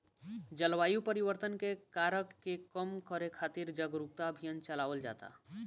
जलवायु परिवर्तन के कारक के कम करे खातिर जारुकता अभियान चलावल जाता